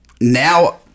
now